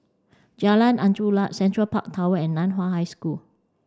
Jalan Angin Laut Central Park Tower and Nan Hua High School